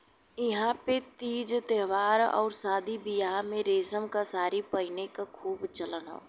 इहां पे तीज त्यौहार आउर शादी बियाह में रेशम क सारी पहिने क खूब चलन हौ